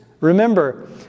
Remember